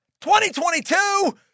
2022